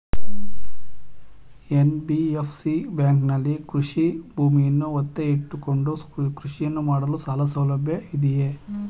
NBFC ಬ್ಯಾಂಕಿನಲ್ಲಿ ಕೃಷಿ ಭೂಮಿಯನ್ನು ಒತ್ತೆ ಇಟ್ಟುಕೊಂಡು ಕೃಷಿಯನ್ನು ಮಾಡಲು ಸಾಲಸೌಲಭ್ಯ ಇದೆಯಾ?